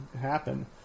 happen